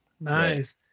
nice